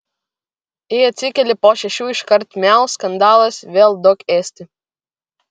jei atsikeli po šešių iškart miau skandalas vėl duok ėsti